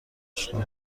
اشغال